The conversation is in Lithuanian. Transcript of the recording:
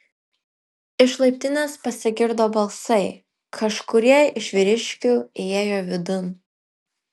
iš laiptinės pasigirdo balsai kažkurie iš vyriškių įėjo vidun